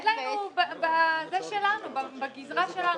לא, לא יהיה deadline, deadline הוא בגזרה שלנו.